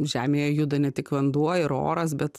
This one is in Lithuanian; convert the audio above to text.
žemėje juda ne tik vanduo ir oras bet